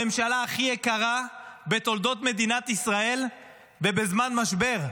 הממשלה הכי יקרה בתולדות מדינת ישראל ובזמן משבר,